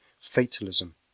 fatalism